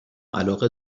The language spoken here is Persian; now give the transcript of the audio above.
علاقه